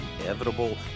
inevitable